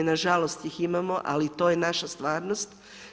Nažalost ih imamo, ali to je naša stvarnost.